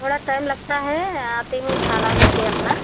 थोड़ा टाइम लगता है आती हूँ ढाला ले कर अपना